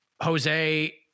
jose